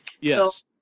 yes